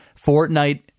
Fortnite